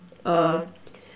um